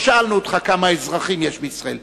לא שאלנו אותך כמה אזרחים יש בישראל,